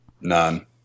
None